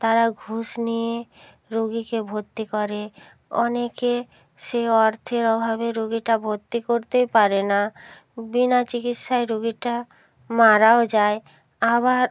তারা ঘুষ নিয়ে রুগিকে ভর্তি করে অনেকে সেই অর্থের অভাবে রুগিটা ভর্তি করতেই পারে না বিনা চিকিৎসায় রুগিটা মারাও যায় আবার